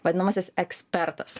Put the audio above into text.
vadinamasis ekspertas